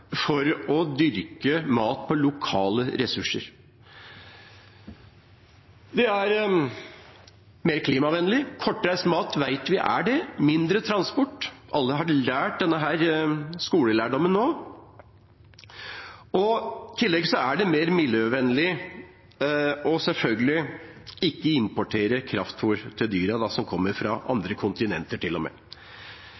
lokale ressurser. Det er mer klimavennlig, vi vet at kortreist mat er det, med mindre transport. Alle har fått denne skolelærdommen nå. I tillegg er det selvfølgelig mer miljøvennlig å ikke importere kraftfôr til dyrene, iblant kommer det til og med fra